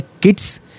kids